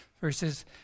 verses